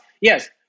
yes